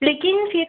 लेकिन फिर